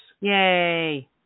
Yay